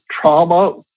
trauma